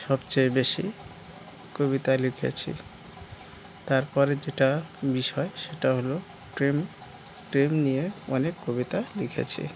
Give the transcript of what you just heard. সবচেয়ে বেশি কবিতা লিখেছি তারপরে যেটা বিষয় সেটা হলো প্রেম প্রেম নিয়ে অনেক কবিতা লিখেছি